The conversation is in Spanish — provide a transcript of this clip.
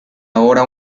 ahora